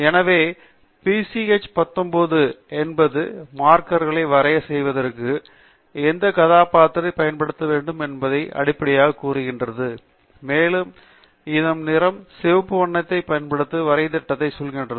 எனவே பிசிஹ19 என்பது மார்க்கர்களை வரைய செய்வதற்கு எந்தக் கதாபாத்திரத்தை பயன்படுத்த வேண்டும் என்பதை அடிப்படையாகக் கூறுகிறது மேலும் இது நிறம் சிவப்பு வண்ணத்தைப் பயன்படுத்துவதற்கு வரைவுத்திட்டத்தை சொல்கிறது